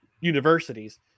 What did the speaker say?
universities